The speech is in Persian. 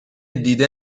دیده